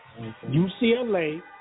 UCLA